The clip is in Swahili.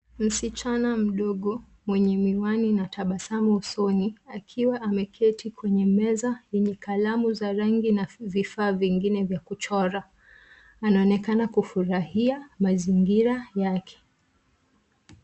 Msichana mdogo mwenye miwani na tabasamu usoni akiwa ameketi kwenye meza yenye kalamu za rangi na vifaa vingine vya kuchora. Anaonekana kufurahia mazingira yake.